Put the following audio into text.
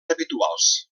habituals